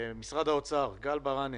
גל ברנס,